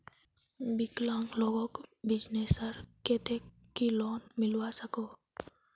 विकलांग लोगोक बिजनेसर केते की लोन मिलवा सकोहो?